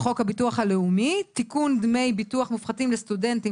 חוק הביטוח הלאומי (תיקון דמי ביטוח מופחתים לסטודנטים),